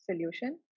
solution